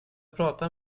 prata